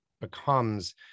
becomes